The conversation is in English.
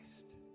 Christ